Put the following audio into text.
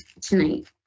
tonight